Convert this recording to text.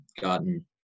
gotten